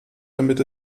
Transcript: damit